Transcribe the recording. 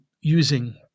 using